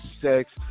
sex